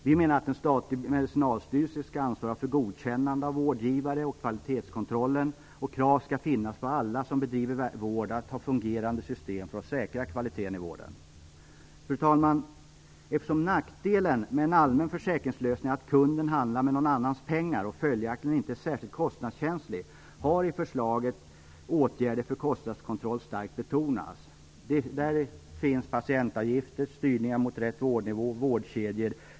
Vi menar att en statlig medicinalstyrelse skall ansvara för godkännande av vårdgivare och kvalitetskontrollen, och krav skall finnas på alla som bedriver vård att ha fungerande system för att säkra kvaliteten i vården. Fru talman! Eftersom nackdelen med en allmän försäkringslösning är att kunden handlar med någon annans pengar och följaktligen inte är särskilt kostnadskänslig har i förslaget åtgärder för kostnadskontroll starkt betonats. Där finns patientavgifter, styrningar mot rätt vårdnivå, vårdkedjor.